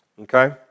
Okay